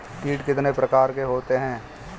कीट कितने प्रकार के होते हैं?